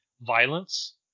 violence